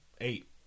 eight